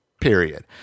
Period